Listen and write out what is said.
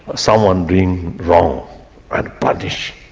someone doing wrong and punished.